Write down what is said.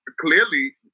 clearly